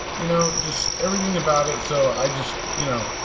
you know, just everything about it, so i just, you know.